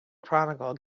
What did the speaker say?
chronicle